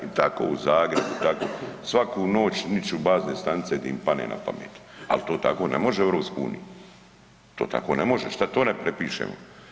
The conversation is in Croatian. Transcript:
I tako u Zagrebu, tako, svaku noć niču bazne stanice di im padne napamet, ali to tako ne može u EU, to tako ne može, šta to ne prepišemo.